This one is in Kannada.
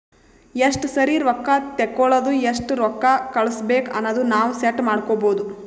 ಎಸ್ಟ ಸರಿ ರೊಕ್ಕಾ ತೇಕೊಳದು ಎಸ್ಟ್ ರೊಕ್ಕಾ ಕಳುಸ್ಬೇಕ್ ಅನದು ನಾವ್ ಸೆಟ್ ಮಾಡ್ಕೊಬೋದು